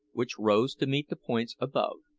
which rose to meet the points above.